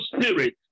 spirit